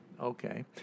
Okay